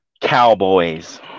Cowboys